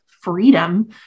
freedom